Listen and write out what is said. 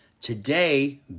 Today